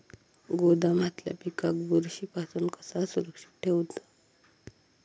गोदामातल्या पिकाक बुरशी पासून कसा सुरक्षित ठेऊचा?